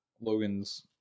Logan's